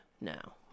now